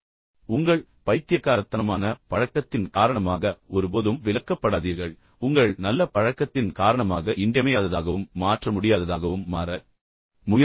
எனவே உங்கள் பைத்தியக்காரத்தனமான பழக்கத்தின் காரணமாக ஒருபோதும் விலக்கப்படாதீர்கள் உங்கள் நல்ல பழக்கத்தின் காரணமாக இன்றியமையாததாகவும் மாற்ற முடியாததாகவும் மாற முயற்சிக்கவும்